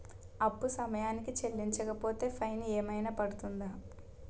అప్పు సమయానికి చెల్లించకపోతే ఫైన్ ఏమైనా పడ్తుంద?